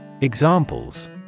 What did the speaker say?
Examples